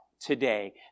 today